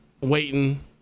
waiting